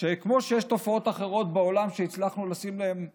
שכמו שיש תופעות אחרות בעולם שהצלחנו לשים להן סוף,